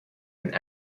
and